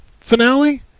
finale